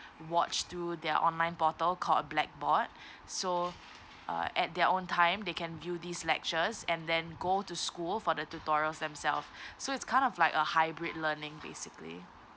watch through their online portal called black board so uh at their own time they can view these lectures and then go to school for the two tutorials themselves so it's kind of like a hybrid learning basically